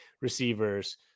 receivers